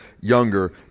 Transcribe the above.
younger